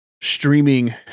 streaming